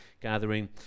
gathering